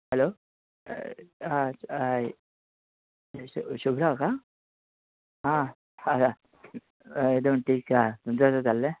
hello हां hi Shubhra का हां एकदम ठीक आहे तुमचं कसं चाललं आहे